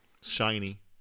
Shiny